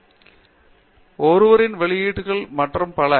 R Chakravarthy ஒருவரின் வெளியீடுகள் மற்றும் பல